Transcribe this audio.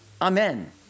Amen